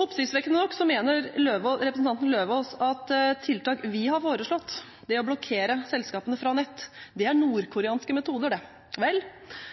Oppsiktsvekkende nok mener representanten Løvaas at tiltak vi har foreslått – det å blokkere selskapene fra nettet – det er nordkoreanske metoder.